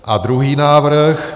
A druhý návrh.